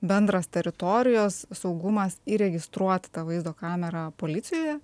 bendras teritorijos saugumas įregistruot tą vaizdo kamerą policijoje